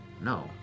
No